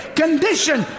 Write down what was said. condition